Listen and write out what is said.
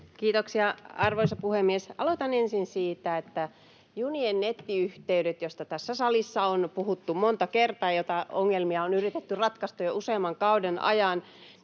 Kiitoksia, arvoisa puhemies! Aloitan ensin siitä, että junien nettiyhteyksissä, joista tässä salissa on puhuttu monta kertaa ja joiden ongelmia on yritetty ratkaista jo useamman kauden ajan,